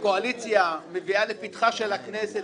שהקואליציה מביאה לפתיחה של הכנסת,